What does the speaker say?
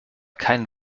kein